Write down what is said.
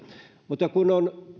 mutta